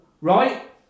right